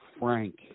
frank